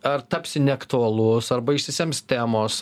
ar tapsi neaktualus arba išsisems temos